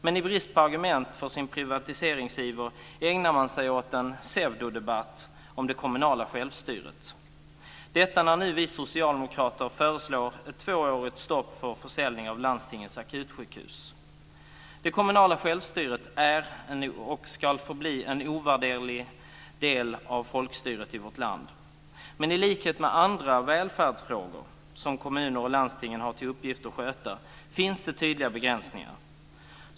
Men i brist på argument för sin privatiseringsiver ägnar man sig åt en pseudodebatt om det kommunala självstyret, detta när vi socialdemokrater nu föreslår ett tvåårigt stopp för försäljning av landstingens akutsjukhus. Det kommunala självstyret är och ska förbli en ovärderlig del av folkstyret i vårt land. Men i likhet med andra välfärdsfrågor som kommuner och landsting har till uppgift att sköta finns det tydliga begränsningar.